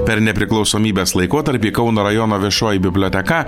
per nepriklausomybės laikotarpį kauno rajono viešoji biblioteka